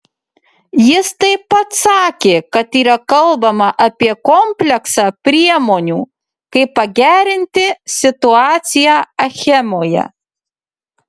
jis taip pat sakė kad yra kalbama apie kompleksą priemonių kaip pagerinti situaciją achemoje